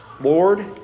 Lord